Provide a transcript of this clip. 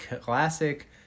classic